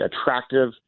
attractive